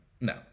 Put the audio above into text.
no